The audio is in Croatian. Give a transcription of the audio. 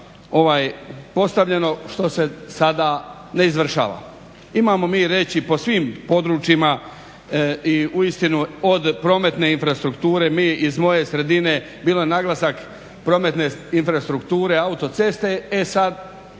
postavljeno što se sada ne izvršava. Imamo mi reći po svim područjima i uistinu od prometne infrastrukture mi iz moje sredine, bio je naglasak prometne infrastrukture, autoceste, e sad